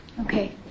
Okay